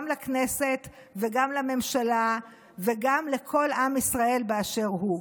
לכנסת וגם לממשלה וגם לכל עם ישראל באשר הוא.